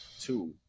two